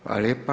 Hvala lijepa.